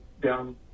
down